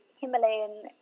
Himalayan